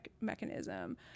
mechanism